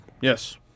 Yes